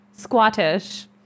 Squatish